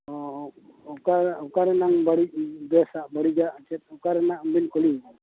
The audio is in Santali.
ᱚ ᱚᱠᱟ ᱚᱠᱟᱨᱮᱱᱟᱝ ᱵᱟᱹᱲᱤᱡ ᱵᱮᱥᱟᱜᱼᱟ ᱵᱟᱹᱲᱤᱡᱟᱜ ᱪᱮᱫ ᱚᱠᱟᱨᱮᱱᱟᱜ ᱵᱤᱱ ᱠᱩᱞᱤᱧᱟ